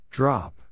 Drop